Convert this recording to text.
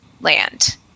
land